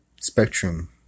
spectrum